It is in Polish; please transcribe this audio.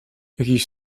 jakiś